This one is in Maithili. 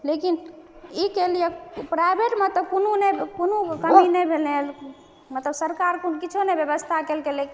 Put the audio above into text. लेकिन ई के लिए प्राइवेटमे तऽ कोनो ने कोनो कमी नहि भेलै मतलब सरकारके किछु नहि व्यवस्था केलकै